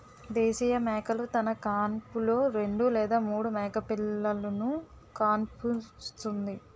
దేశీయ మేకలు తన కాన్పులో రెండు లేదా మూడు మేకపిల్లలుకు కాన్పుస్తుంది